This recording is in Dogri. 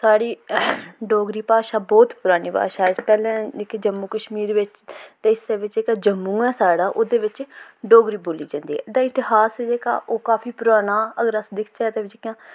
साढ़ी डोगरी भाशा बोह्त पुरानी भाशा ऐ पैह्ले जेह्के जम्मू कश्मीर बिच्च ते इस्सै बिच्च जेह्का जम्मू ऐ साढ़ा ओह्दे बिच्च डोगरी बोल्ली जंदी ते इतेहास जेह्का ओह् काफी पुराना अगर अस दिक्खचै इसदे बिच्च जियां